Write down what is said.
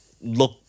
look